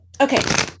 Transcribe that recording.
Okay